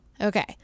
Okay